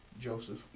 Joseph